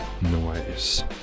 noise